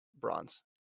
bronze